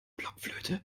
blockflöte